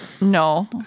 No